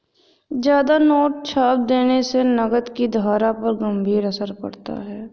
ज्यादा नोट छाप देने से नकद की धारा पर गंभीर असर पड़ता है